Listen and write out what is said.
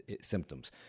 symptoms